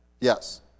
Yes